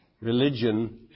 religion